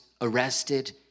arrested